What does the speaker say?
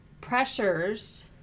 pressures